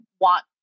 want